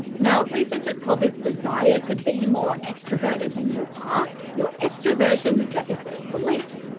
now researchers called this desire to be more extraverted than you are your extraversion-deficit belief.